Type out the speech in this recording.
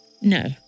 No